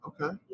okay